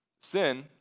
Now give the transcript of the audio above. Sin